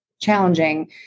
challenging